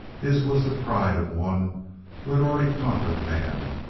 his was the pride of one who had already conquered man.